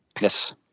Yes